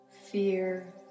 fear